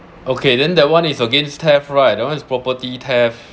okay then that one is against theft right that one is property theft